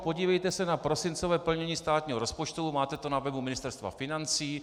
Podívejte se na prosincové plnění státního rozpočtu, máte to na webu Ministerstva financí.